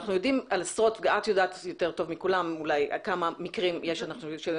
את יודעת יותר טוב מכולם שאנחנו יודעים שאנשים